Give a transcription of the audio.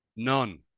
None